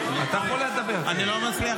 --- אני לא מצליח לדבר.